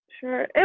sure